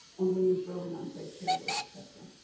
on women's role in unpaid care work etc.